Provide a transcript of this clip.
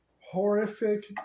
horrific